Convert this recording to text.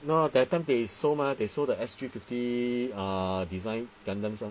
no ah that time they sold mah they sold the S_G fifty uh design gundam some more